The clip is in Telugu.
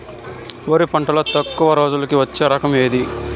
వరి పంటలో తక్కువ రోజులకి వచ్చే రకం ఏది?